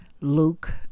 Luke